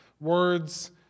Words